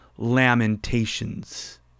Lamentations